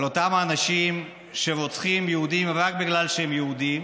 על אותם האנשים שרוצחים יהודים רק בגלל שהם יהודים